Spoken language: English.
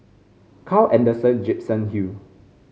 Carl Alexander Gibson Hill